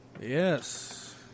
Yes